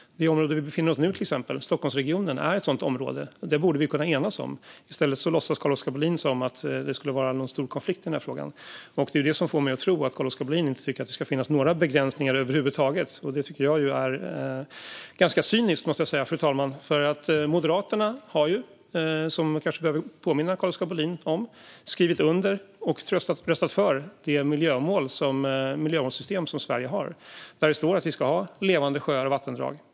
Det område vi befinner oss i nu, Stockholmsregionen, är till exempel ett sådant område. Det borde vi kunna enas om. I stället låtsas Carl-Oskar Bohlin som att det skulle vara någon stor konflikt i denna fråga. Det är det som får mig att tro att Carl-Oskar Bohlin inte tycker att det ska finnas några begränsningar över huvud taget. Det tycker jag är ganska cyniskt, måste jag säga, fru talman. Moderaterna har ju, som jag kanske behöver påminna Carl-Oskar Bohlin om, skrivit under och röstat för det miljömålssystem som Sverige har. Där står det att vi ska ha levande sjöar och vattendrag.